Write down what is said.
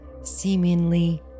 seemingly